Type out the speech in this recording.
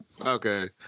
Okay